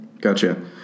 Gotcha